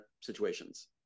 situations